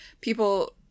people